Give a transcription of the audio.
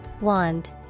Wand